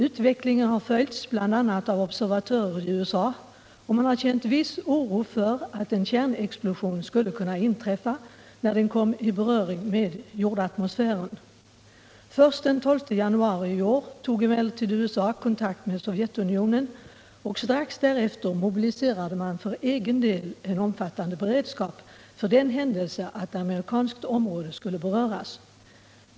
Utvecklingen har följts bl.a. av observatörer i USA, och man har känt viss oro för att en kärnexplosion skulle kunna inträffa när satelliten kom i beröring med jordatmosfären. Först den 12 januari i år tog emellertid USA kontakt med Sovjetunionen, och strax därefter mobiliserade man för egen del en omfattande beredskap för den händelse att amerikanskt område skulle beröras.